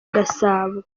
gasabo